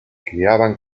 criaban